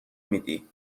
میدی